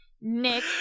Nick